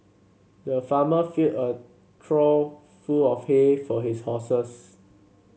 the farmer filled a trough full of hay for his horses